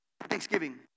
Thanksgiving